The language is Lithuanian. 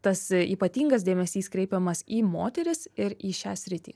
tas ypatingas dėmesys kreipiamas į moteris ir į šią sritį